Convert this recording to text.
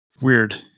weird